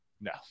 no